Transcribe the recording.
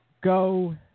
go